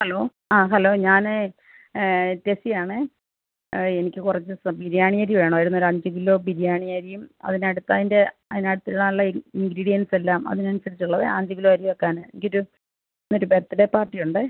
hello ആ hello ഞാൻ ടെസ്സിയാണേ എനിക്ക് കുറച്ച് ബിരിയാണി അരി വേണമായിരുന്നു ഒരഞ്ച് കിലോ ബിരിയാണി അരിയും അതിനടുത്ത് അതിൻ്റെ അതിനകത്തിടാനുള്ള അരി ഇൻഗ്രിഡിയൻസ് എല്ലാം അതിനനുസരിച്ചുള്ളത് അഞ്ച് കിലോ അരി വെയ്ക്കാൻ കിറ്റ് ഒരു ബർത്ത്ഡേ പാർട്ടിയുണ്ടേ